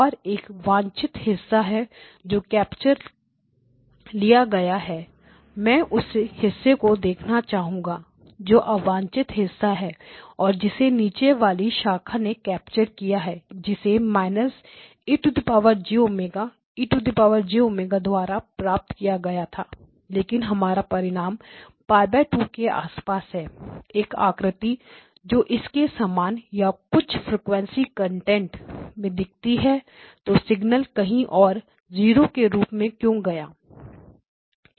और एक वांछित हिस्सा है जो कैप्चर कर लिया गया है मैं उस हिस्से को देखना चाहूंगा जो अवांछित हिस्सा है और जिसे नीचे वाली शाखा ने कैप्चर किया है जिसे X1 −e jω F1e jω द्वारा प्रस्तुत किया गया था लेकिन हमारा परिणाम π 2 के आसपास है एक आकृति जो इसके समान या कुछ और फ्रीक्वेंसी कंटेंट्स में दिखती है तो सिग्नल कहीं और जीरो के रूप में क्यों गया